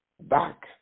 back